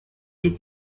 est